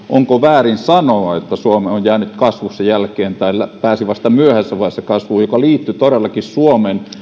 onko väärin sanoa että suomi on jäänyt kasvussa jälkeen tai pääsi vasta myöhäisessä vaiheessa kasvuun mikä liittyi todellakin suomen